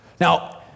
Now